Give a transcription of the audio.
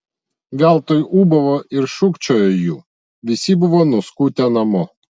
veltui ūbavo ir šūkčiojo jų visi buvo nuskutę namo